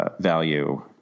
value